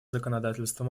законодательства